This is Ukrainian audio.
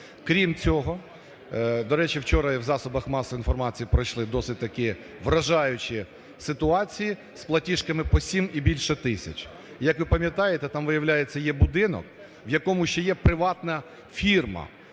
Крім цього… До речі, вчора в засобах масової інформації пройшли досить такі вражаючі ситуації з платіжками по 7 і більше тисяч. Як ви пам'ятаєте, там, виявляється, є будинок, в якому ще є приватна фірма,